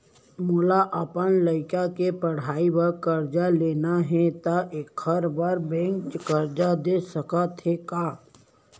मोला अपन लइका के पढ़ई बर करजा लेना हे, त एखर बार बैंक करजा दे सकत हे का?